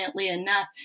enough